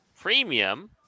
Premium